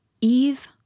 Eve